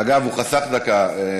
אגב, הוא חסך דקה.